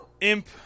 Imp